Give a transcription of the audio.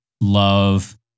love